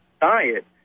diet